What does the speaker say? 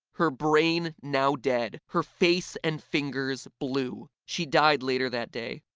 her brain now dead. her face and fingers blue. she died later that day.